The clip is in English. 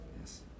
Yes